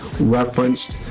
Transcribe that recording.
referenced